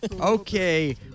Okay